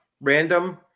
Random